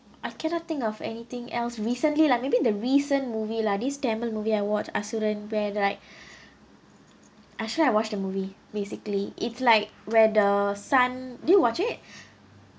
I cannot think of anything else recently lah maybe the recent movie lah this tamil movie I watch I shouldn't where like I shouldn't have watch the movie basically it's like where the son do you watch it